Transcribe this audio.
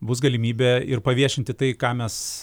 bus galimybė ir paviešinti tai ką mes